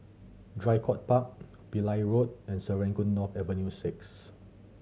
Draycott Park Pillai Road and Serangoon North Avenue Six